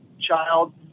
child